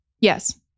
Yes